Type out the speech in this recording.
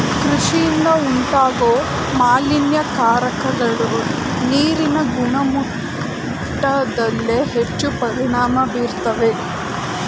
ಕೃಷಿಯಿಂದ ಉಂಟಾಗೋ ಮಾಲಿನ್ಯಕಾರಕಗಳು ನೀರಿನ ಗುಣಮಟ್ಟದ್ಮೇಲೆ ಹೆಚ್ಚು ಪರಿಣಾಮ ಬೀರ್ತವೆ